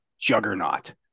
juggernaut